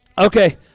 Okay